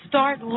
Start